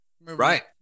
Right